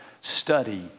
study